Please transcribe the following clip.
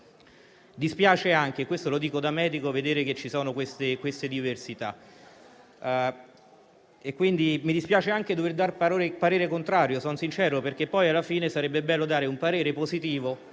mi dispiace anche dover esprimere un parere contrario perché poi, alla fine, sarebbe bello dare un parere positivo